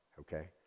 okay